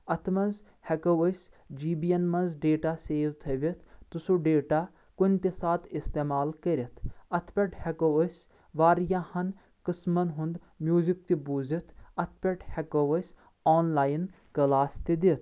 اتھ منٛز ہٮ۪کو أسۍ جی بی ین منٛز ڈیٹا سیو تھٲوِتھ تہٕ سُہ ڈیٹا کُنہِ تہِ ساتہٕ استعمال کٔرتھ اتھ پٮ۪تھ ہٮ۪کو أسۍ واریاہن قٕسمن ہُنٛد میوٗزک تہِ بوٗزِتھ اتھ پٮ۪ٹھ ہٮ۪کو أسۍ آن لیِن کلاس تہِ دِتھ